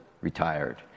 retired